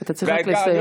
אתה צריך רק לסיים.